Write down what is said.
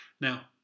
Now